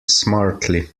smartly